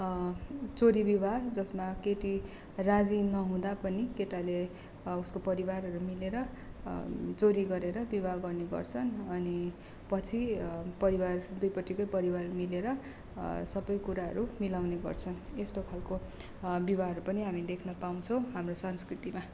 चोरी विवाह जसमा केटी राजी नहुँदा पनि केटाले उसको परिवारहरू मिलेर चोरी गरेर विवाह गर्ने गर्छन् अनि पछि परिवार दुईपट्टिकै परिवार मिलेर सबै कुराहरू मिलाउने गर्छन् यस्तो खालको विवाहहरू पनि हामी देख्न पाउँछौ हाम्रो संस्कृतिमा